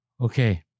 Okay